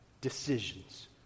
decisions